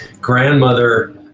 grandmother